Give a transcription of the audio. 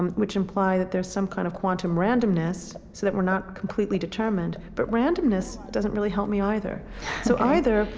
um which imply that there's some kind of quantum randomness so that we're not completely determined. but randomness doesn't really help me either ok so either,